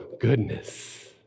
goodness